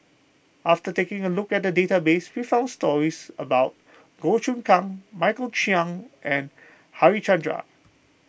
after taking a look at the database we found stories about Goh Choon Kang Michael Chiang and Harichandra